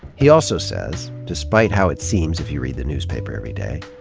he also says, despite how it seems if you read the newspaper every day,